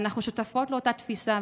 ואנחנו שותפות לאותה תפיסה,